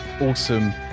awesome